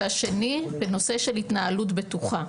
השני, בנושא של התנהלות בטוחה.